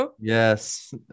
Yes